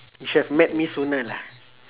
you should've met me sooner lah